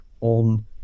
on